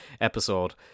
episode